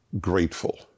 grateful